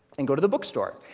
and go to the bookstore,